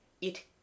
It